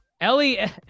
Ellie